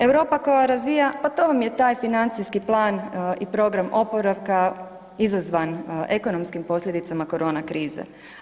Europa koja razvija, pa to vam je taj financijski plan i program oporavka izazvan ekonomskim posljedicama korona krize.